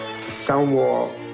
Stonewall